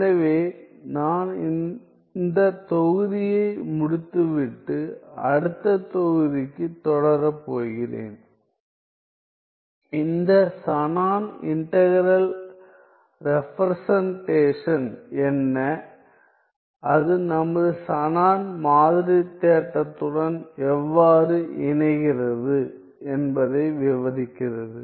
எனவே நான் இந்த தொகுதியை முடித்துவிட்டு அடுத்த தொகுதிக்குத் தொடரப் போகிறேன் இந்த ஷானன் இன்டகிறல் ரெபிரசென்டேஷன் என்ன அது நமது ஷானன் மாதிரி தேற்றத்துடன் எவ்வாறு இணைகிறது என்பதை விவரிக்கிறது